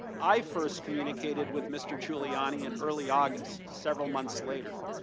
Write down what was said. i first communicated with mr. giuliani in early august, several months later.